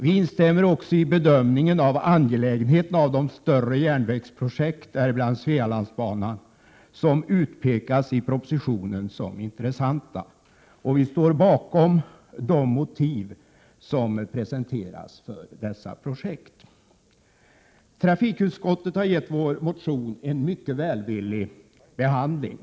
Vi instämmer också i bedömningen av angelägenheten av de större järnvägsprojekten, däribland Svealandsbanan, som i propositionen utpekas som intressanta. Vi står även bakom de motiv som presenteras för dessa projekt. Trafikutskottet har gett vår motion en mycket välvillig behandling.